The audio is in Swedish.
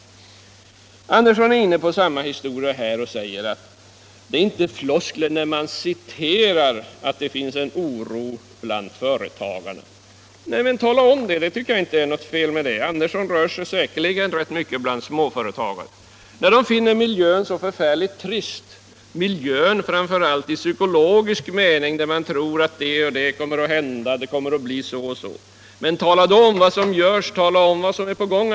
Herr Andersson i Örebro är inne på samma historia och säger att det är inte floskler när man citerar uttalanden om att det finns en oro bland företagarna. Nej, men tala om det — jag tycker inte det är något fel. Herr Andersson i Örebro rör sig säkerligen rätt mycket bland småföretagare. När de finner miljön så förfärligt trist — miljön framför allt i psykologisk mening, där man tror att det och det kommer att hända och att det kommer att bli på det och det sättet — så tala om vad som är på gång.